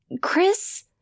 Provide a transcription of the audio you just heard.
Chris